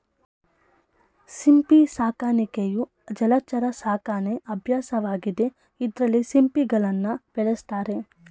ಸಿಂಪಿ ಸಾಕಾಣಿಕೆಯು ಜಲಚರ ಸಾಕಣೆ ಅಭ್ಯಾಸವಾಗಿದೆ ಇದ್ರಲ್ಲಿ ಸಿಂಪಿಗಳನ್ನ ಬೆಳೆಸ್ತಾರೆ